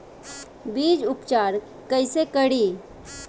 बीज उपचार कईसे करी?